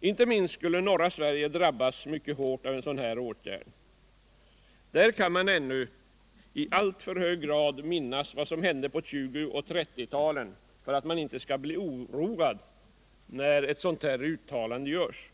Inte minst skulle norra Sverige drabbas mycket hårt av en sådan åtgärd. Pär kan man ännu i alltför hög grad minnas vad som hände på 192C och 1930-talen för att bli oroad när ett sådant här uttalande görs.